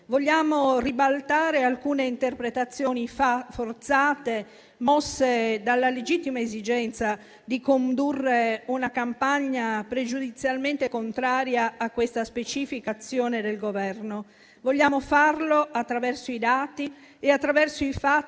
Vogliamo ribaltare alcune interpretazioni forzate, mosse dalla legittima esigenza di condurre una campagna pregiudizialmente contraria a questa specifica azione del Governo. Vogliamo farlo attraverso i dati e attraverso i fatti